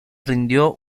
rindió